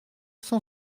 cent